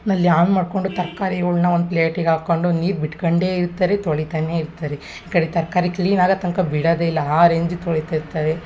ನಲ್ಲಿ ಆನ್ ಮಾಡಿಕೊಂಡು ತರ್ಕಾರಿಗಳ್ನ ಒಂದು ಪ್ಲೇಟಿಗೆ ಹಾಕೊಂಡು ನೀರು ಬಿಟ್ಕೊಂಡೇ ಇರ್ತಾರೆ ತೊಳಿತಾನೆ ಇರ್ತಾರೆ ಈ ಕಡೆ ತರಕಾರಿ ಕ್ಲೀನ್ ಆಗೊ ತನಕ ಬಿಡೋದೇ ಇಲ್ಲ ಆ ರೇಂಜಿಗೆ ತೊಳಿತಾ ಇರ್ತಾರೆ